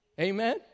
Amen